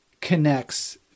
connects